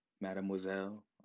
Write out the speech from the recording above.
Mademoiselle